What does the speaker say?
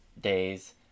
days